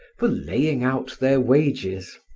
for laying out their wages.